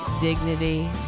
dignity